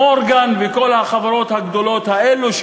מורגן" וכל החברות הגדולות האלו,